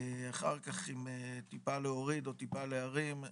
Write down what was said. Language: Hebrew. אחר כך אם טיפה להוריד או טיפה להרים,